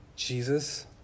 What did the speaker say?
Jesus